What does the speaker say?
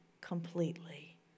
completely